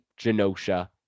Genosha